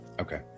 Okay